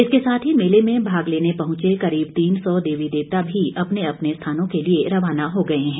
इसके साथ ही मेले में भाग लेने पहुंचे करीब तीन सौ देवी देवता भी अपने अपने स्थानों के लिए रवाना हो गए हैं